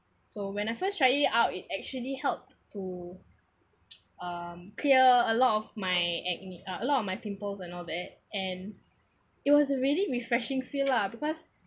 so when I first tried it out it actually help to um clear a lot of my acne uh a lot of my pimples and all that and it was really refreshing feel lah because